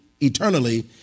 eternally